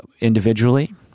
individually